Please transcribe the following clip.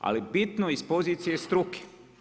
Ali, bitno iz pozicije struke.